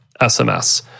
SMS